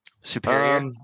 Superior